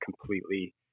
completely